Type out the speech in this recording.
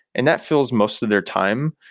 and that fills most of their time.